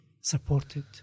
supported